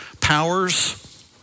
powers